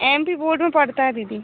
M P board में पढ़ता है दीदी